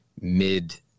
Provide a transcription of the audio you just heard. mid